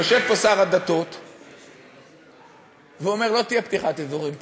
יושב פה שר הדתות ואומר: לא תהיה פתיחת אזורים,